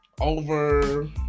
Over